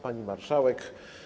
Pani Marszałek!